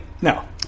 no